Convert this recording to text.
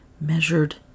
measured